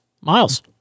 Miles